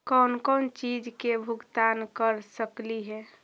कौन कौन चिज के भुगतान कर सकली हे?